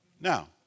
Now